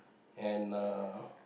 and uh